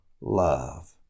love